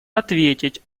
ответить